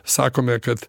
sakome kad